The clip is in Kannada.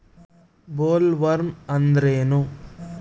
ಬೊಲ್ವರ್ಮ್ ಅಂದ್ರೇನು?